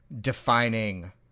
defining